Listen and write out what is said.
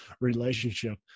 relationship